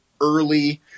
early